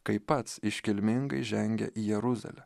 kai pats iškilmingai žengia į jeruzalę